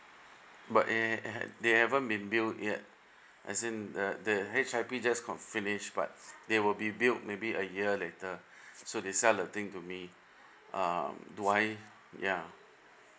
but the~ they haven't been built yet as in the the H_I_P just got finished but they will be built maybe a year later so they sell the thing to me um do I ya